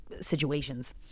situations